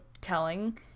telling